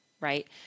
right